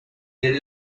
there